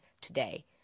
today